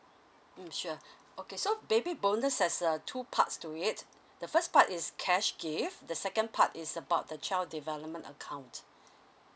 mm sure okay so baby bonus has uh two parts to it the first part is cash gift the second part is about the child development account